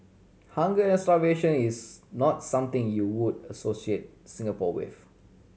hunger and starvation is not something you would associate Singapore with